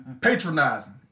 Patronizing